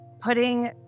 putting